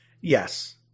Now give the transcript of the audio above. Yes